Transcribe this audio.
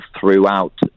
throughout